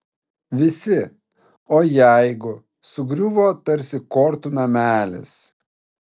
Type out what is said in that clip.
visi o jeigu sugriuvo tarsi kortų namelis